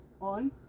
On